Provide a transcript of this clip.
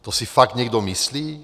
To si fakt někdo myslí?